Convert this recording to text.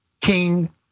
King